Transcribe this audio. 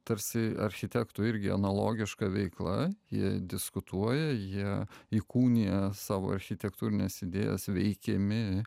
tarsi architektų irgi analogiška veikla jie diskutuoja jie įkūnija savo architektūrines idėjas veikiami